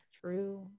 true